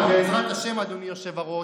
שר, לעבריין להיות שר,